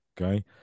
Okay